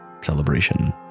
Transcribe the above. celebration